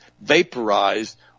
vaporized